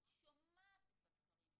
את שומעת את הדברים,